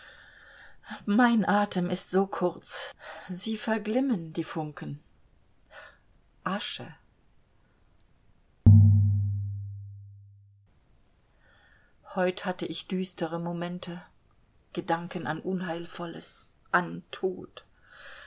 mein atem ist so kurz sie verglimmen die funken asche heut hatte ich düstere momente gedanken an unheilvolles an tod